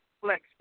flex